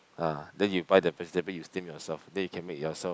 ah then you buy the vegetable you steam yourself then you can make yourself